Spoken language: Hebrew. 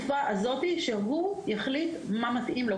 שהוא יחליט מה מתאים לו,